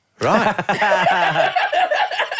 Right